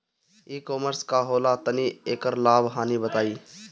ई कॉमर्स का होला तनि एकर लाभ हानि बताई?